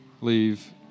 leave